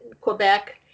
Quebec